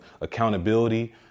accountability